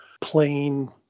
plain